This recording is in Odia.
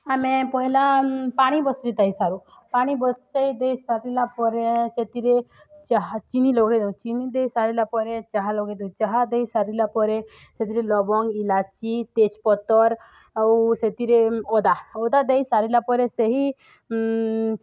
ଆମେ ପହିଲା ପାଣି ବସେଇଥାାଇ ସାରୁ ପାଣି ବସେଇ ଦେଇ ସାରିଲା ପରେ ସେଥିରେ ଚାହା ଚିନି ଲଗେଇ ଦେଉ ଚିନି ଦେଇ ସାରିଲା ପରେ ଚାହା ଲଗେଇ ଦେଉ ଚାହା ଦେଇ ସାରିଲା ପରେ ସେଥିରେ ଲବଙ୍ଗ ଇଲାଚି ତେଜପତର ଆଉ ସେଥିରେ ଅଦା ଅଦା ଦେଇ ସାରିଲା ପରେ ସେହି